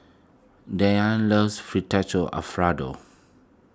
Dyllan loves Alfredo